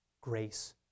grace